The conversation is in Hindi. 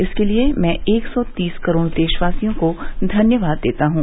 इसके लिए मैं एक सौ तीस करोड़ देशवासियों को धन्यवाद देता हूँ